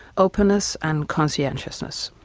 openness and conscientiousness.